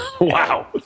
Wow